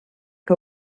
que